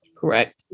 Correct